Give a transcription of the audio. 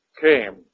came